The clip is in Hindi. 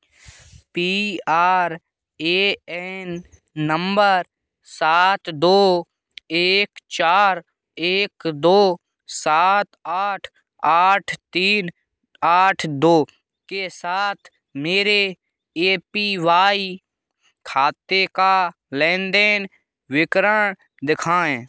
P R A N number सात दो एक चार एक दो सात आठ आठ तीन आठ दो के साथ मेरे ए पी वाई खाते का लेन देन विकरण दिखाएँ